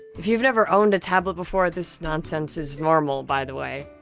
if you've never owned a tablet before, this nonsense is normal by the way.